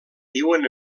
viuen